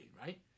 right